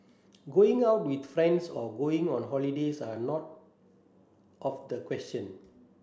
going out with friends or going on holidays are not of the question